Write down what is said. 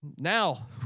Now